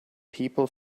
people